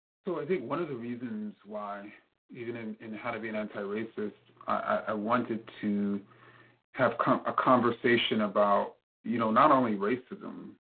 so i think one of the reasons why in in how to be an anti-racist i wanted to have a conversation about you know not only racism,